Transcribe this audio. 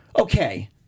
okay